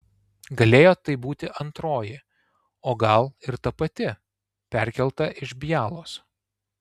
galėjo tai būti antroji o gal ir ta pati perkelta iš bialos